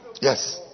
Yes